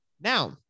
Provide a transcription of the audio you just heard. Now